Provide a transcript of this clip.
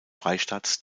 freistaates